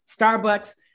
Starbucks